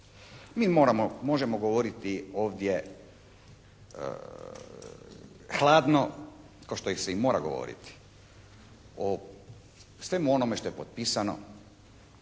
Mi možemo govoriti ovdje hladno kao što se i mora govoriti o svemu onome što je potpisano.